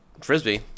frisbee